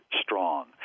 strong